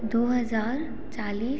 दो हज़ार चालीस